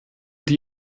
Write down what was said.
die